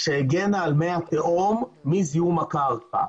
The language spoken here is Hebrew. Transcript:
שהגנה על מי התהום מזיהום הקרקע.